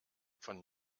von